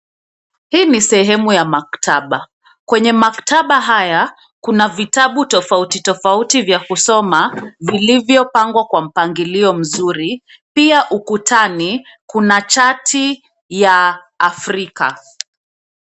Hii ni sehemu ya maktaba, kwenye maktaba haya, kuna vitabu tofauti tofauti vya kusoma, vilivyopangwa kwa mpangilio mzuri, pia ukutani, kuna chati, ya Afrika.